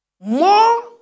More